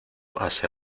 hacia